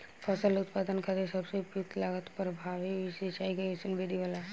फसल उत्पादन खातिर सबसे उपयुक्त लागत प्रभावी सिंचाई के कइसन विधि होला?